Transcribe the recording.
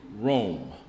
Rome